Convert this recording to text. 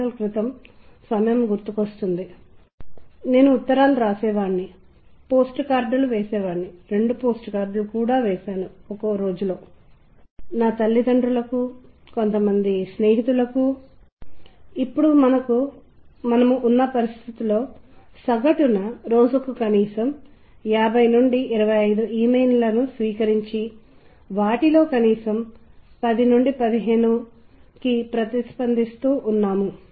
నేను అనుభూతి చెందాలని అరిచాను ఆకాశాన్ని తాకుతున్నాను అని నేను అరిచాను మరియు అనంతం తక్కువ అయి క్రిందికి వచ్చి నాపై స్థిరపడింది నా అరుపును నా ఛాతీలోకి బలవంతంగా వెనక్కి నెట్టి నా రొమ్ముపై నా చేతిని వెనక్కి వంచి నిర్వచించబడని నా మనస్సు నిర్వచనం ప్రాథమికంగా చెప్పబడినది ఏమిటంటే ఒక వ్యక్తి ఆకాశాన్ని చూడటం మరియు దానిని సాధారణమైనదిగా పరిగణించడం ఆపై అది అసాధారణమైనదని అకస్మాత్తుగా గ్రహించడం